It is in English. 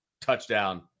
touchdown